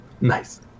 Nice